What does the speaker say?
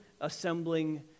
assembling